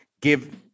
give